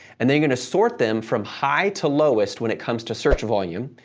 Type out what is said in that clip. and they're going to sort them from high to lowest when it comes to search volume,